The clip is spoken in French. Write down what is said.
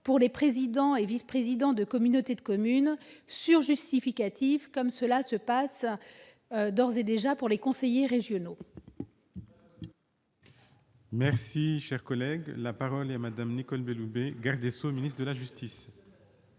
pour les présidents et vice-présidents de communautés de communes sur justificatifs, comme cela existe d'ores et déjà pour les conseillers régionaux ? Très bonne question ! La parole est à Mme la garde des sceaux, ministre de la justice.